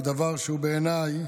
הוא דבר שהוא בעיניי